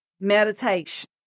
meditation